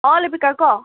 অঁ লিপিকা ক